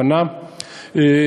פנה,